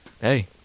hey